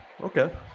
okay